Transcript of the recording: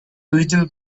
little